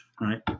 right